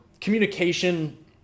communication